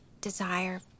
desire